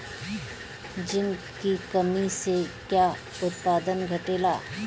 Zinc की कमी से का उत्पादन घटेला?